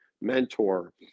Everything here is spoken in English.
mentor